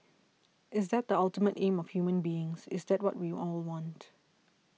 is that the ultimate aim of human beings is that what we all want